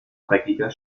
dreckiger